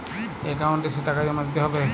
Account এসে টাকা জমা দিতে হবে?